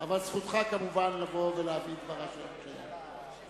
אבל זכותך כמובן לבוא ולהביא את דברה של הממשלה.